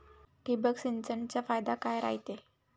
ठिबक सिंचनचा फायदा काय राह्यतो?